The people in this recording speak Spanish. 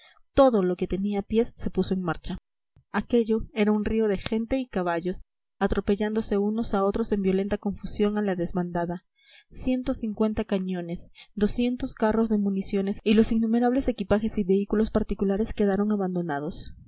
todo lo que tenía pies se puso en marcha aquello era un río de gente y caballos atropellándose unos a otros en violenta confusión a la desbandada ciento cincuenta cañones doscientos carros de municiones y los innumerables equipajes y vehículos particulares quedaron abandonados